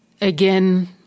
again